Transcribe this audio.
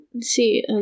see